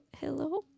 Hello